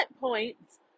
points